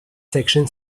section